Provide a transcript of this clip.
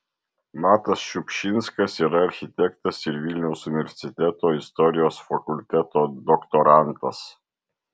matas šiupšinskas yra architektas ir vilniaus universiteto istorijos fakulteto doktorantas